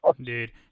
dude